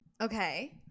Okay